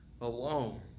alone